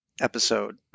episode